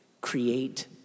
Create